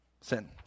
sin